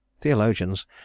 Theologians